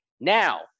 Now